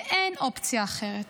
ואין אופציה אחרת.